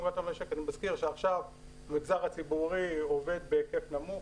אני מזכיר שעכשיו המגזר הציבורי עובד בהיקף אחר,